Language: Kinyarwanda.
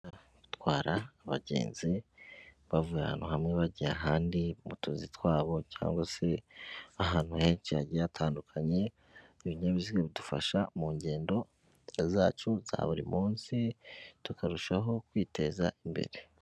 Gutwara abagenzi bava ahantu hamwe bajya ahandi mu tuzi twabo cyangwa se ahantu henshi hagiye hatandukanye, ibinyabiziga bidufasha mu ngendo zacu za buri munsi tukarushaho kwiteza imbere.